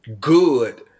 good